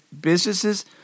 businesses